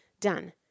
Done